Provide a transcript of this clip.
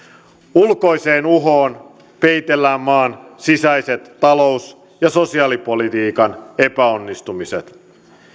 ulkoiseen uhoon peitellään maan sisäiset talous ja sosiaalipolitiikan epäonnistumiset